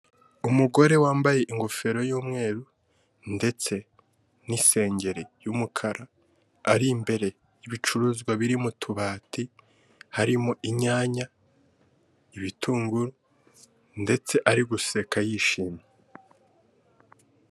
Umugore wambaye ingofero y'umweru ndetse nisengeri y'umukara ari imbere ibicuruzwa biri mu tubati, harimo inyanya, ibitunguru, ndetse ari guseka yishimye.